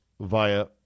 via